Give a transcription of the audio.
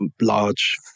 large